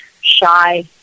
shy